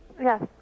Yes